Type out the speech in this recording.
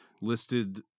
listed